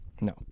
no